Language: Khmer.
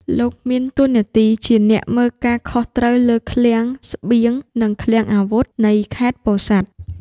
លោកមានតួនាទីជាអ្នកមើលការខុសត្រូវលើឃ្លាំងស្បៀង និងឃ្លាំងអាវុធនៃខេត្តពោធិ៍សាត់។